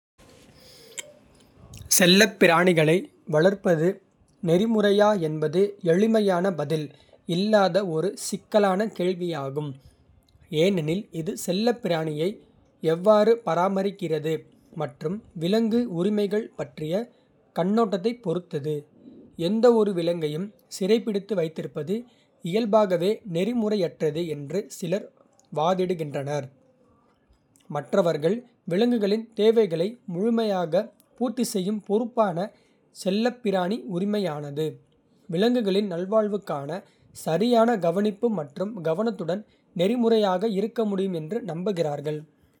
செல்லப்பிராணிகளை வளர்ப்பது நெறிமுறையா என்பது எளிமையான பதில் இல்லாத ஒரு சிக்கலான கேள்வியாகும், ஏனெனில் இது செல்லப்பிராணியை எவ்வாறு பராமரிக்கிறது மற்றும் விலங்கு உரிமைகள் பற்றிய கண்ணோட்டத்தைப் பொறுத்தது. எந்தவொரு விலங்கையும் சிறைப்பிடித்து வைத்திருப்பது இயல்பாகவே நெறிமுறையற்றது என்று சிலர் வாதிடுகின்றனர், மற்றவர்கள் விலங்குகளின் தேவைகளை முழுமையாக பூர்த்தி செய்யும் பொறுப்பான செல்லப்பிராணி உரிமையானது, விலங்குகளின் நல்வாழ்வுக்கான சரியான கவனிப்பு மற்றும் கவனத்துடன் நெறிமுறையாக இருக்க முடியும் என்று நம்புகிறார்கள்.